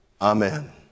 Amen